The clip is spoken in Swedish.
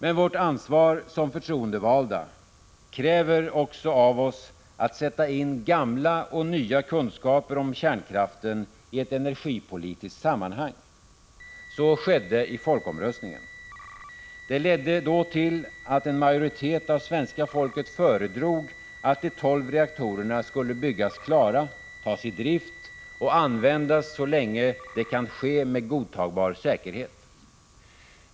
Men vårt ansvar som förtroendevalda kräver också av oss att vi skall sätta in gamla och nya kunskaper om kärnkraften i ett energipolitiskt sammanhang. Så skedde i folkomröstningen. Det ledde då till att en majoritet av svenska folket föredrog att de tolv reaktorerna skulle byggas klara, tas i drift och användas så länge det kan ske med godtagbar säkerhet.